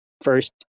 first